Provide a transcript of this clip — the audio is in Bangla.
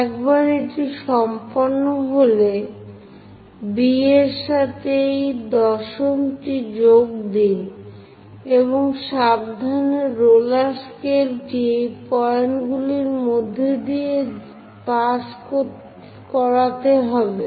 একবার এটি সম্পন্ন হলে B এর সাথে এই দশমটিতে যোগ দিন এবং সাবধানে রোলার স্কেলটি এই পয়েন্টগুলির মধ্য দিয়ে পাস করাতে হবে